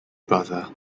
brother